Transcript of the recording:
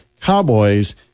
Cowboys